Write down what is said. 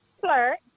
flirt